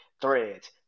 Threads